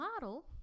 model